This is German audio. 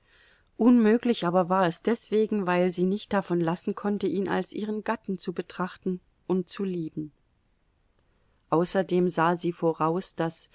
unmöglich aber war es deswegen weil sie nicht davon lassen konnte ihn als ihren gatten zu betrachten und zu lieben außerdem sah sie voraus daß